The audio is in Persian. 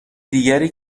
دیگری